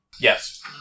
Yes